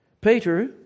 Peter